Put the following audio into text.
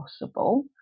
possible